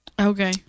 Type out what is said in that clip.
Okay